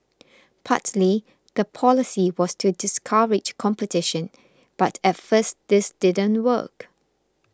partly the policy was to discourage competition but at first this didn't work